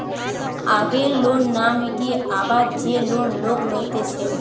আগের লোন না মিটিয়ে আবার যে লোন লোক লইতেছে